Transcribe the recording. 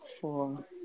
Four